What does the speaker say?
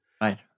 Right